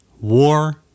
War